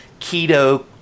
keto